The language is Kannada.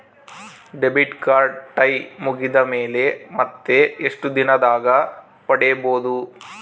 ಡೆಬಿಟ್ ಕಾರ್ಡ್ ಟೈಂ ಮುಗಿದ ಮೇಲೆ ಮತ್ತೆ ಎಷ್ಟು ದಿನದಾಗ ಪಡೇಬೋದು?